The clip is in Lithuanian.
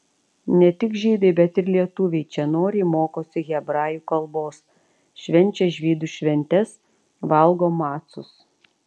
ne tik žydai bet ir lietuviai čia noriai mokosi hebrajų kalbos švenčia žydų šventes valgo macus